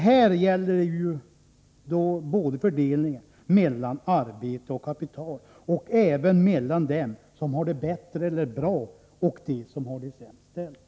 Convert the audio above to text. Det gäller både fördelningen mellan arbete och kapital och fördelningen mellan dem som har det bättre eller bra och dem som har det sämist ställt.